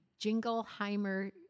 Jingleheimer